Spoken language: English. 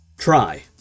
try